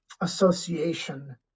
association